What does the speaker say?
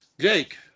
Jake